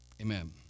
amen